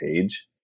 page